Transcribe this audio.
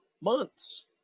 months